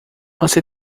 você